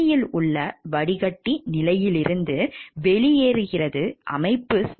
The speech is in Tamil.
கணினியில் உள்ள வடிகட்டி நிலையிலிருந்து வெளியேறியது அமைப்பு சேதமடைந்தது